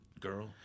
girl